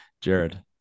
Jared